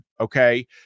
Okay